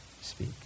speak